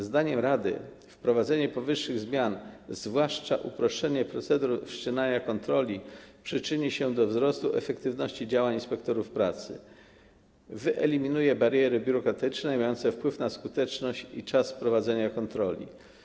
Zdaniem rady wprowadzenie powyższych zmian, zwłaszcza uproszczenie procedur wszczynania kontroli, przyczyni się do wzrostu efektywności działań inspektorów pracy, wyeliminuje bariery biurokratyczne mające wpływ na skuteczność i czas prowadzenia kontroli.